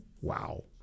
Wow